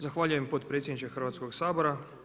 Zahvaljujem potpredsjedniče Hrvatskog sabora.